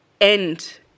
end